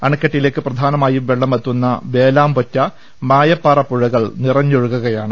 അണക്കെട്ടിലേക്ക് പ്രധാനമായും വെള്ള്മെത്തുന്ന വേലാംപൊറ്റ മായപ്പാറ പുഴകൾ നിറഞ്ഞൊഴുകു കയാണ്